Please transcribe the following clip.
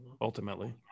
Ultimately